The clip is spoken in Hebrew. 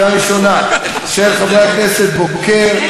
של חברי הכנסת נאוה בוקר,